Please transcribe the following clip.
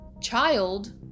child